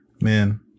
Man